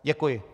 Děkuji.